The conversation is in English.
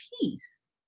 peace